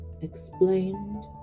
explained